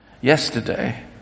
yesterday